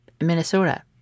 Minnesota